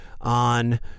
On